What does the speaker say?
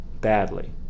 badly